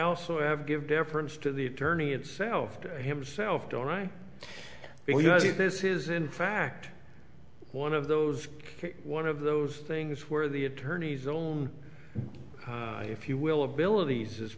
also have give deference to the attorney itself to himself don't i because if this is in fact one of those one of those things where the attorney's own if you will abilities is